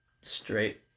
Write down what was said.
Straight